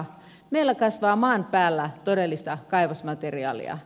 meillä kasvaa maan päällä todellista kaivosmateriaalia